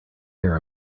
care